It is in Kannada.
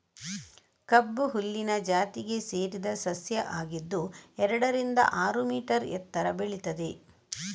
ಕಬ್ಬು ಹುಲ್ಲಿನ ಜಾತಿಗೆ ಸೇರಿದ ಸಸ್ಯ ಆಗಿದ್ದು ಎರಡರಿಂದ ಆರು ಮೀಟರ್ ಎತ್ತರ ಬೆಳೀತದೆ